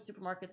supermarkets